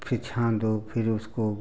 फिर छान दो फिर उसको